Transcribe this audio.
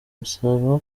imisoro